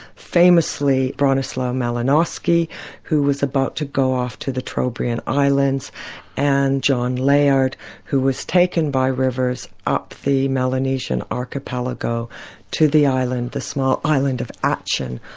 famously bronislaw malinowski who was about to go off to the trobriand islands and john layard who was taken by rivers up the melanesian archipelago to the island, the small island of atchin,